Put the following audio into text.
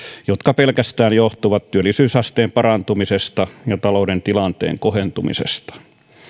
jotka johtuvat pelkästään työllisyysasteen parantumisesta ja talouden tilanteen kohentumisesta